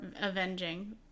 avenging